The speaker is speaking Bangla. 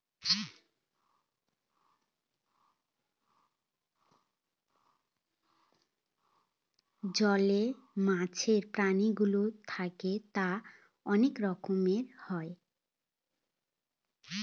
জলে মাছের প্রাণীগুলো থাকে তা অনেক রকমের হয়